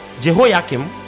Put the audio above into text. Jehoiakim